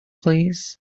please